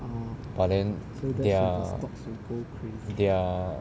but then ya ya